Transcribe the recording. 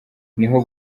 niho